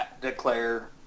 Declare